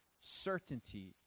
certainty